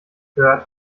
hört